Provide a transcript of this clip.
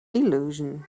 illusion